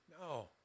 No